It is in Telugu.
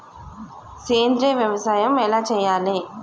సేంద్రీయ వ్యవసాయం ఎలా చెయ్యాలే?